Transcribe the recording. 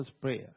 prayer